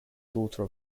daughter